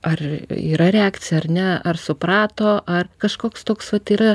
ar yra reakcija ar ne ar suprato ar kažkoks toks vat yra